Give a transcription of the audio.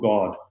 God